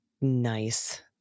Nice